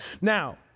Now